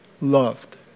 loved